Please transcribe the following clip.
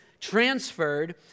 transferred